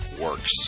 works